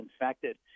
infected